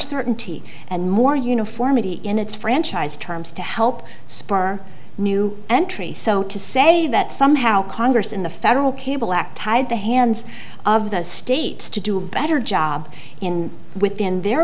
certainty and more uniformity in its franchise terms to help spur new entry so to say that somehow congress in the federal cable act tied the hands of the states to do a better job in within their